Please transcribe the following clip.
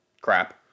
crap